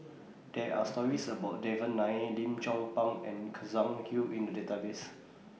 There Are stories about Devan Nair Lim Chong Pang and Hui in The Database